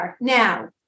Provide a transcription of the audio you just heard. Now